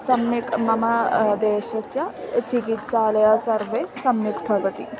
सम्यक् मम देशस्य चिकित्सालयाः सर्वाः सम्यक् भवन्ति